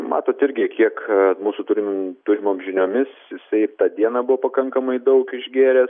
matot irgi kiek mūsų turim turimom žiniomis jisai tą dieną buvo pakankamai daug išgėręs